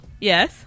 Yes